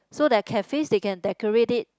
so that cafes they can decorate it